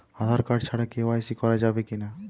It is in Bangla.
আঁধার কার্ড ছাড়া কে.ওয়াই.সি করা যাবে কি না?